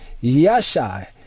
Yasha